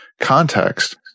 context